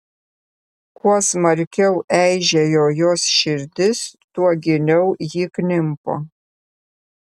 kuo smarkiau eižėjo jos širdis tuo giliau ji klimpo